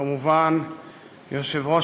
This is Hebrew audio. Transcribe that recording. וכמובן יושב-ראש